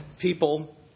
people